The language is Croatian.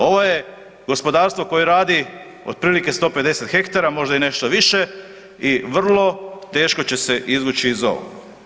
Ovo je gospodarstvo koje radi otprilike 150 ha, možda i nešto više i vrlo teško će se izvući iz ovog.